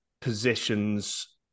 positions